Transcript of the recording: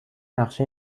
نقشه